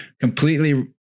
completely